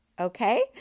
okay